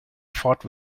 fought